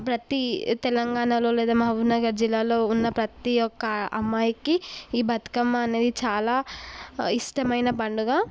ప్రతి తెలంగాణలో లేదా మహబూబ్నగర్ జిల్లాలో ఉన్న ప్రతి ఒక్క అమ్మాయికి ఈ బతుకమ్మ అనేది చాలా ఇష్టమైన పండుగ